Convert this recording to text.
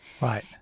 Right